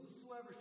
Whosoever